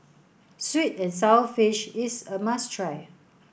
sweet and sour fish is a must try